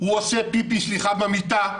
הוא עושה פיפי, סליחה, במיטה.